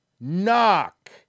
knock